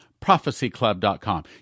ProphecyClub.com